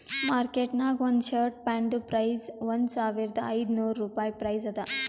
market ನಾಗ್ ಒಂದ್ shirt ಪ್ಯಾಂಟ್ದು ಪ್ರೈಸ್ ಒಂದ್ ಸಾವಿರದ ಐದ ನೋರ್ ರುಪಾಯಿ ಪ್ರೈಸ್ ಅದಾ